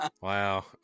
wow